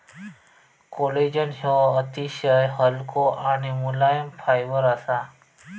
collagen ह्यो अतिशय हलको आणि मुलायम फायबर असा